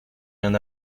rien